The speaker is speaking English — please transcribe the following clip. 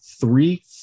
Three